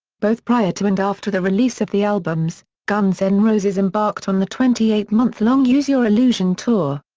both prior to and after the release of the albums, guns n' and roses embarked on the twenty eight month long use your illusion tour.